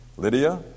Lydia